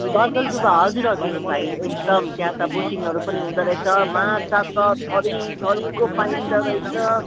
गजलडुबा हजुर हजुर भाइ एकदम त्यहाँ त बोटिङहरू पनि हुँदोरहेछ माछा त थरीथरीको पाइँदो रहेछ